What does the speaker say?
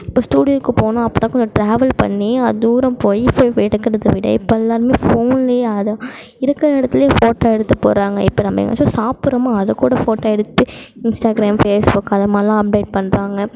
இப்போ ஸ்டூடியோவுக்கு போகணும் அப்போ தான் கொஞ்சம் ட்ராவல் பண்ணி தூரம் போய் எடுக்கிறத விட இப்போ எல்லோருமே ஃபோன்லேயே அதை இருக்கிற இடத்துலே ஃபோட்டோ எடுத்து போடுகிறாங்க இப்போ நம்ம எங்கேயாச்சும் சாப்புடுறோமா அதைக்கூட ஃபோட்டோ எடுத்து இன்ஸ்டாகிராம் ஃபேஸ்புக் அது மாதிரிலாம் அப்டேட் பண்ணுறாங்க